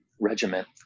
regiment